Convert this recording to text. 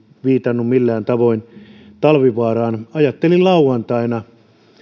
viitannut millään tavoin talvivaaraan ajattelin lauantaina